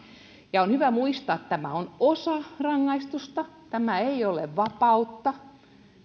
on hyvä muistaa että tämä on osa rangaistusta tämä ei ole vapautta